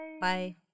bye